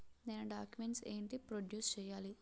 నేను డాక్యుమెంట్స్ ఏంటి ప్రొడ్యూస్ చెయ్యాలి?